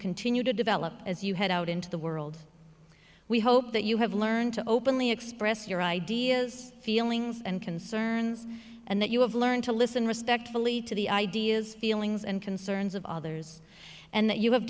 continue to develop as you head out into the world we hope that you have learned to openly express your ideas feelings and concerns and that you have learned to listen respectfully to the ideas feelings and concerns of others and that you have